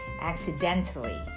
accidentally